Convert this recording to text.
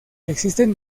existen